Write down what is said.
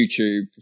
YouTube